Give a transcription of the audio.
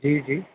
جی جی